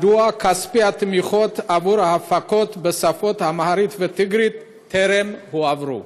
מדוע כספי התמיכות עבור ההפקות בשפות אמהרית וטיגרית טרם הועברו?